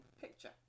picture